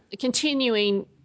continuing